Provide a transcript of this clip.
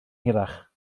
hirach